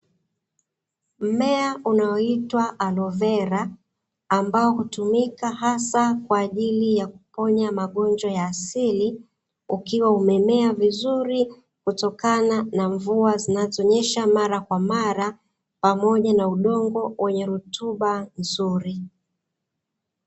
Mea ambao unaitwa arovera ambao hutumika hasa kwajili ya kuponya magonjwa ya asili ukiwa umemea vizuri kutokana na mvua zinazo nyesha mara kwa mara pamoja na udongo wenye rutuba nzuri.